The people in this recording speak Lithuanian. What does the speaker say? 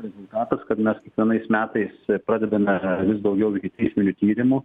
rezultatas kad mes kiekvienais metais pradedame vis daugiau ikiteisminių tyrimų